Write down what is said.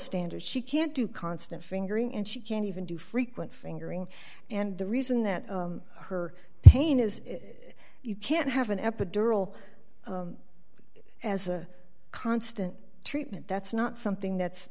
standards she can't do constant fingering and she can't even do frequent fingering and the reason that her pain is that you can't have an epidural as a constant treatment that's not something that's